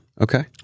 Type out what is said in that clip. Okay